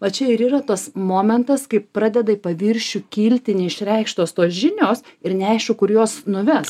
va čia ir yra tas momentas kai pradeda į paviršių kilti neišreikštos tos žinios ir neaišku kur juos nuves